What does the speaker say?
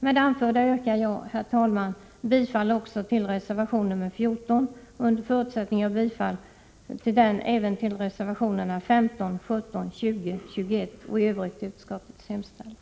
Med det anförda yrkar jag, herr talman, bifall också till reservation nr 14 och, under förutsättning att denna bifalles, även till reservationerna nr 15, 17, 20 och 21 samt i övrigt till utskottets hemställan.